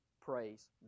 praise